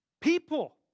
People